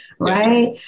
Right